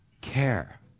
care